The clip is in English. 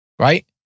Right